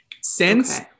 Since-